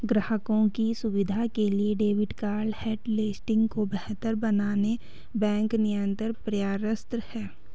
ग्राहकों की सुविधा के लिए डेबिट कार्ड होटलिस्टिंग को बेहतर बनाने बैंक निरंतर प्रयासरत है